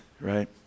right